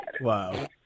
Wow